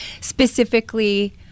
specifically